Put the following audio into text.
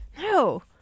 No